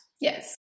Yes